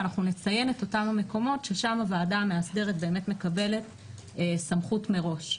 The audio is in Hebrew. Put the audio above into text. ואנחנו נציין את אותם המקומות ששם הוועדה המאסדרת מקבלת סמכות מראש.